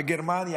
בגרמניה,